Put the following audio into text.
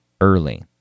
early